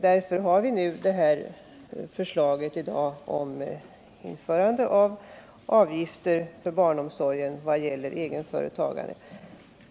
Därför har vi nu lagt fram ett förslag om skyldighet för egenföretagarna att erlägga avgift för finansiering av barnomsorgen.